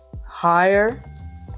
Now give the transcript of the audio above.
higher